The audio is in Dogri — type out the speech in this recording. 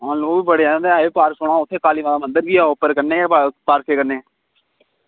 आं लोग बी बड़े आए दे होंदे पार्क सोह्ना उत्थें बड़े लोग आए दे होंदे ते मंदर बी ऐ उप्पर पार्के कन्नै